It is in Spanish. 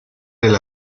del